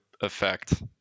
effect